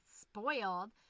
spoiled